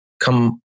come